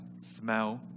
smell